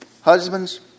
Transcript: Husbands